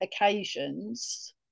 occasions